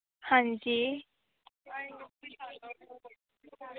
हां जी